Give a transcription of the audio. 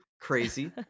crazy